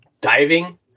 diving